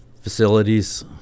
facilities